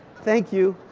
thank you.